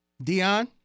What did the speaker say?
Dion